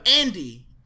Andy